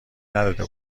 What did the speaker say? نداده